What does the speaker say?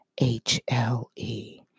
HLE